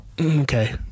Okay